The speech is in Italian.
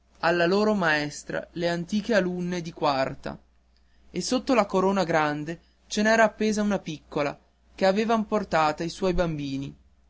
alla loro maestra le antiche alunne di quarta e sotto la corona grande ce n'era appesa una piccola che avevan portata i suoi bambini